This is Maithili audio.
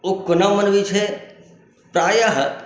ओ कोना मनबैत छै प्रायः